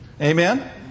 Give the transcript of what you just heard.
Amen